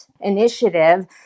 initiative